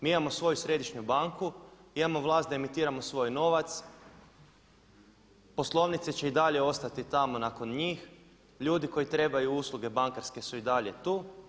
Mi imamo svoju središnju banku, imamo vlast da emitiramo svoj novac, poslovnice će i dalje ostati tamo nakon njih, ljudi koji trebaju usluge bankarske su i dalje tu.